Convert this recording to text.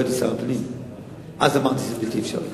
ולא הייתי שר הפנים.